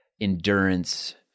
endurance